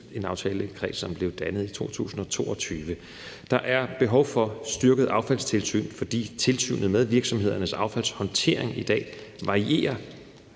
en aftalekreds, der blev dannet i 2022. Der er behov for et styrket affaldstilsyn, fordi tilsynet med virksomhedernes affaldshåndtering i dag varierer